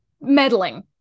meddling